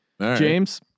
James